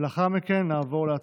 ולאחר מכן נעבור להצבעות.